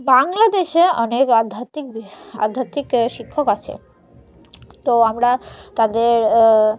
বাংলাদেশে অনেক আধ্যাত্মিক আধ্যাত্মিক শিক্ষক আছে তো আমরা তাদের